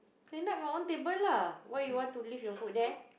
then wipe your own table lah why you want to leave your food there